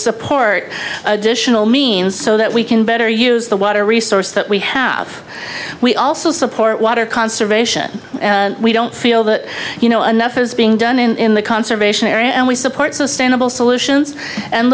support additional means so that we can better use the water resource that we have we also support water conservation we don't feel that you know enough is being done in the conservation area and we support sustainable solutions and